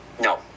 No